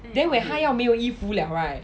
then when 他要没有衣服了 right